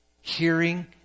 hearing